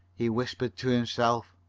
he whispered to himself.